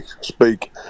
speak